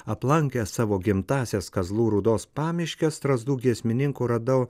aplankęs savo gimtąsias kazlų rūdos pamiškes strazdų giesmininkų radau